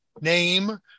name